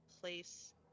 place